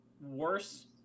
worse